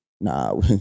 Nah